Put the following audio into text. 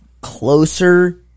closer